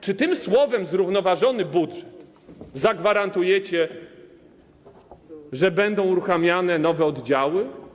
Czy tymi słowami „zrównoważony budżet” zagwarantujecie, że będą uruchamiane nowe oddziały?